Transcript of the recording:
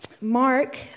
Mark